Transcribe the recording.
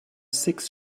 six